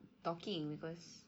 talking because